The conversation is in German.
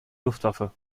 luftwaffe